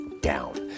down